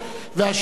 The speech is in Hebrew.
והשנייה היא